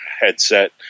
headset